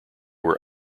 were